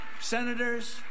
senators